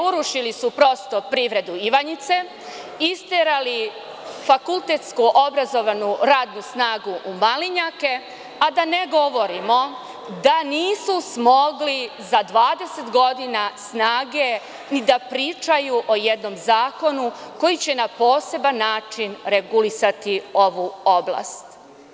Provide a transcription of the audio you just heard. Urušili su prosto privredu Ivanjice, isterali fakultetski obrazovanu radnu snagu u malinjake, a da ne govorimo da nisu smogli za 20 godina snage ni da pričaju o jednom zakonu koji će na poseban način regulisati ovu oblast.